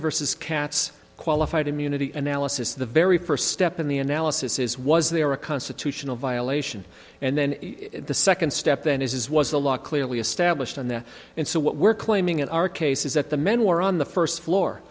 versus katz qualified immunity and alice is the very first step in the analysis is was there a constitutional violation and then the second step then is was the law clearly established and then and so what we're claiming in our case is that the men were on the first floor